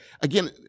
Again